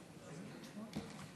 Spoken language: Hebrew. גברתי היושבת בראש,